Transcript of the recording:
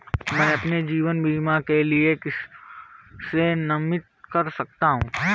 मैं अपने जीवन बीमा के लिए किसे नामित कर सकता हूं?